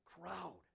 crowd